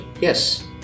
yes